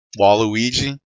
Waluigi